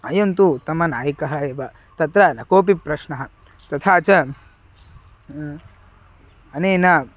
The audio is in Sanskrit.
अयं तु उत्तमनायकः एव तत्र न कोपि प्रश्नः तथा च अनेन